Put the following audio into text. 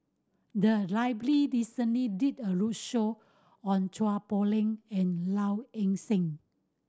the recently did a roadshow on Chua Poh Leng and Low Ing Sing